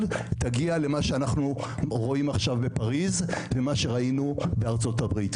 תגיע למה שאנחנו רואים עכשיו בפריז ומה שראינו בארצות הברית,